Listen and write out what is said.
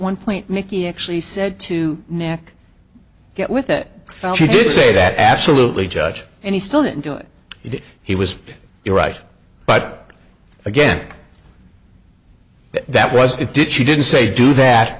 one point nicky actually said to nick get with it she did say that absolutely judge and he still didn't do it he was you're right but again that was it did she didn't say do that